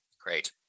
great